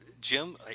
Jim